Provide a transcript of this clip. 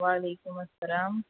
وعلیکم السّلام